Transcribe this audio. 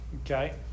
Okay